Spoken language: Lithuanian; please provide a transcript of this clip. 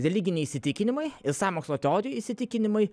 religiniai įsitikinimai ir sąmokslo teorijų įsitikinimai